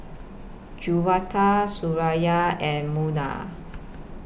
Juwita Suraya and Munah